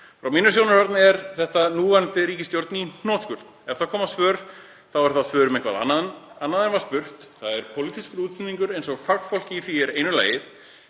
Frá mínum sjónarhóli er þetta núverandi ríkisstjórn í hnotskurn: Ef það koma svör þá eru það svör um eitthvað annað en um var spurt. Það er pólitískur útúrsnúningur eins og fagfólki þar er einu lagið.